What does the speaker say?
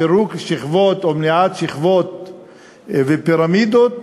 פירוק שכבות, או מניעת שכבות ופירמידות,